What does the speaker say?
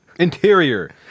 Interior